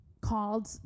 called